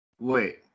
Wait